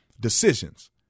decisions